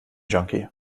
junkie